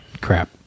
crap